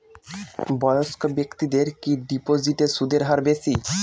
বয়স্ক ব্যেক্তিদের কি ডিপোজিটে সুদের হার বেশি?